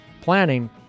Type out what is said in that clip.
planning